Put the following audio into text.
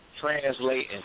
translating